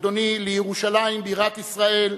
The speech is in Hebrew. אדוני, לירושלים בירת ישראל,